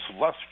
less